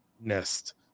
nest